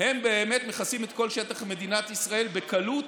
באמת מכסים את כל שטח מדינת ישראל בקלות